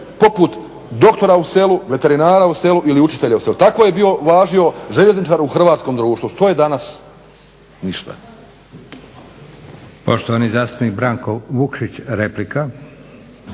poput doktora u selu, veterina u selu ili učitelja u selu, tako je bio važio željezničar u hrvatskom društvu? Što je danas? Ništa.